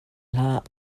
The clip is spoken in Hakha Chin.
hlah